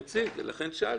כמציג, ולכן שאלתי.